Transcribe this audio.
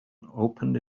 opened